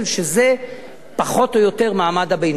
שזה פחות או יותר מעמד הביניים.